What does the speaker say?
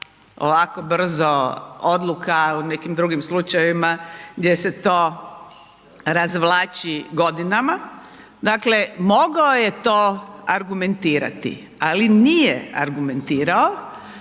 ovako brzo odluka u nekim drugim slučajevima gdje se to razvlači godinama. Dakle, mogao je to argumentirati, ali nije argumentirao